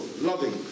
loving